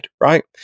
right